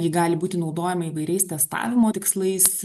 ji gali būti naudojama įvairiais testavimo tikslais